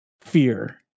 fear